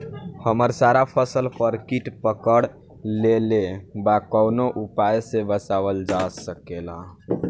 हमर सारा फसल पर कीट पकड़ लेले बा कवनो उपाय से बचावल जा सकेला?